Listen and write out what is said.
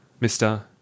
Mr